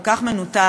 כל כך מנותק,